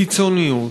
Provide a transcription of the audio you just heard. קיצוניות,